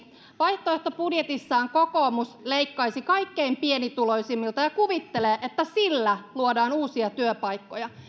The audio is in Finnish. vaihtoehtobudjetissaan kokoomus leikkaisi kaikkein pienituloisimmilta ja kuvittelee että sillä luodaan uusia työpaikkoja